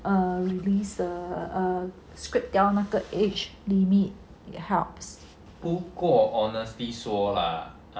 err released scrap 掉那个 age limit it helps